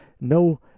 no